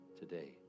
today